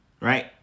right